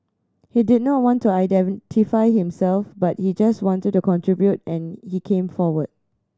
he did not want to identify himself but he just wanted to contribute and he came forward